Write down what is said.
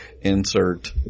insert